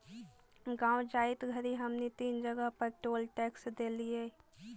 गाँव जाइत घड़ी हमनी तीन जगह पर टोल टैक्स देलिअई